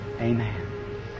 Amen